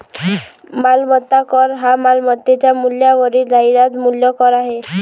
मालमत्ता कर हा मालमत्तेच्या मूल्यावरील जाहिरात मूल्य कर आहे